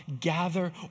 gather